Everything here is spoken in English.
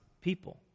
people